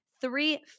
three